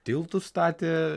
tiltus statė